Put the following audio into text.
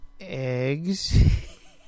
Eggs